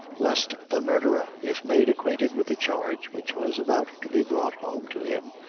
lest the murderer, if made acquainted with the charge which was about to be brought home to him,